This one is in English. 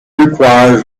requires